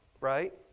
right